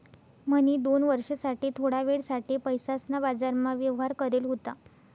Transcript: म्हणी दोन वर्ष साठे थोडा वेळ साठे पैसासना बाजारमा व्यवहार करेल होता